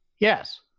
Yes